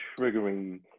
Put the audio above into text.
triggering